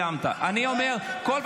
תומך טרור --- חבר הכנסת מלביצקי,